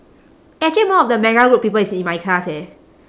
actually more of the people is in my class eh